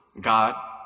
God